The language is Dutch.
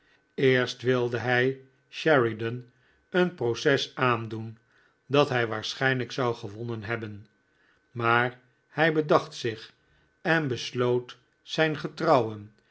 eerst wilde hij sheridan een proces aandoen dat hij waarschjjnlijk zou gewonnen hebben maar hy bedacht zich en besloot zijngetrouwen